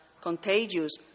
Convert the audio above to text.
contagious